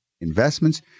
Investments